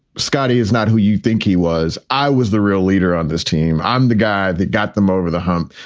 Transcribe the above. scottie is not who you think he was. i was the real leader on this team. i'm the guy that got them over the hump.